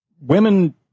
women